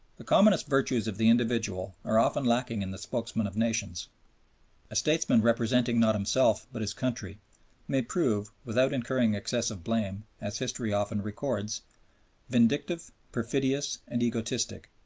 the commonest virtues of the individual are often lacking in the spokesmen of nations a statesman representing not himself but his country may prove, without incurring excessive blame as history often records vindictive, perfidious, and egotistic.